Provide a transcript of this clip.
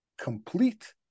complete